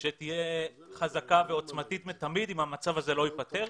מחאה שתהיה חזקה ועוצמתית מתמיד אם המצב הזה לא ייפתר.